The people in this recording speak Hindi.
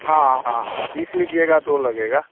हाँ हाँ हाँ हाँ पीस लीजिएगा तो लगेगा